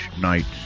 night